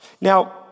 Now